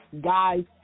guys